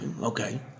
Okay